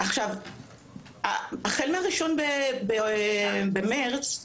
החל מה-1 במרס,